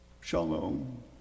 shalom